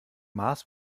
mars